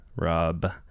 Rob